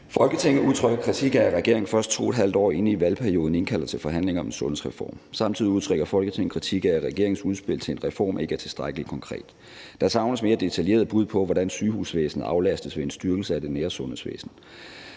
»Folketinget udtrykker kritik af, at regeringen først 2,5 år inde i valgperioden indkalder til forhandlinger om en sundhedsreform. Samtidig udtrykker Folketinget kritik af, at regeringens udspil til en reform ikke er tilstrækkelig konkret. Der savnes mere detaljerede bud på, hvordan sygehusvæsenet aflastes ved en styrkelse af det nære sundhedsvæsen.